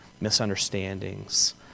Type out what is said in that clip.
misunderstandings